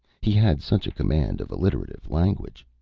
he has such a command of alliterative language.